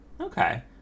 Okay